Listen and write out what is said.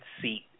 seat